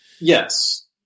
Yes